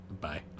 Bye